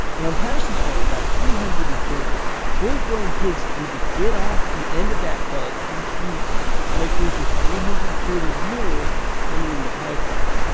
and on patterson's farm about three hundred and thirty full-grown pigs need to get off the end of that belt each week to make room for three hundred and thirty more coming in the pipeline.